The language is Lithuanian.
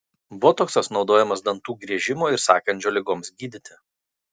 botoksas naudojamas dantų griežimo ir sąkandžio ligoms gydyti